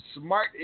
smart